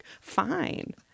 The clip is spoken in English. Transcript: fine